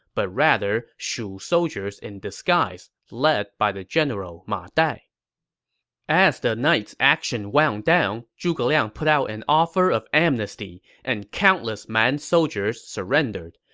but rather shu soldiers in disguise, led by the general ma dai as the night's action wound down, zhuge liang put out an offer of amnesty, and countless man soldiers surrendered,